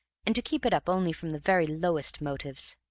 and to keep it up only from the very lowest motives.